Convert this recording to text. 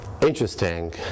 interesting